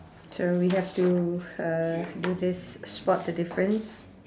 so we have to uh do this spot the difference